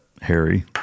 Harry